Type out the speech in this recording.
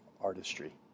artistry